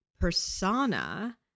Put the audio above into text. persona